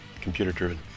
computer-driven